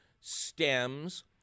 stems